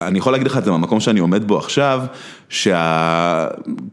‫אני יכול להגיד לך את זה ‫מהמקום שאני עומד בו עכשיו,